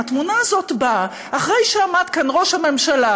אם התמונה הזאת באה אחרי שעמד כאן ראש הממשלה